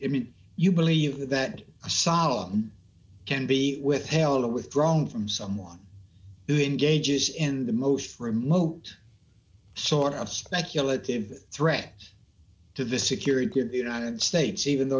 image you believe that a solomon can be withheld or withdrawn from someone who engages in the most remote sort of speculative threat to the security of the united states even though